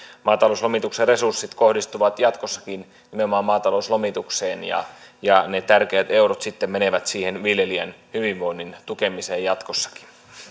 maatalouslomituksen resurssit kohdistuvat jatkossakin nimenomaan maatalouslomitukseen ja ja ne tärkeät eurot sitten menevät siihen viljelijän hyvinvoinnin tukemiseen jatkossakin